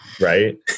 Right